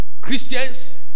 Christians